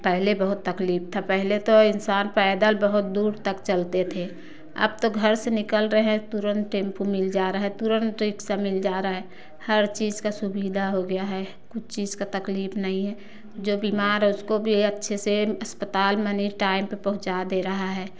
पहले बहुत तकलीफ था पहले तो इंसान पैदल बहुत दूर तक चलते थे अब तो घर से निकल रहे हैं तुरंत टेंपू मिल जा रहा है तुरंत रिक्शा मिल जा रहा है हर चीज का सुविधा हो गया है कुछ चीज का तकलीफ नहीं है जो बीमार है उसको भी अच्छे से अस्पताल मने टाइम पर पहुँचा दे रहा है